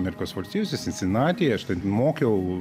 amerikos valstijose sinsinatyje aš ten mokiau